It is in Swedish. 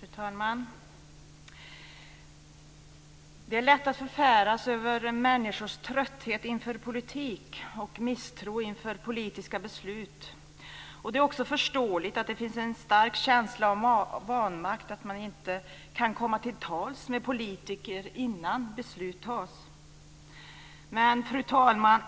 Fru talman! Det är lätt att förfäras över människors trötthet inför politik och misstro inför politiska beslut. Det är också förståeligt att det finns en stark känsla av vanmakt, att man inte kan komma till tals med politiker innan beslut fattas. Men, fru talman,